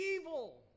evil